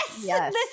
Yes